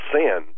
sin